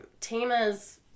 Tamas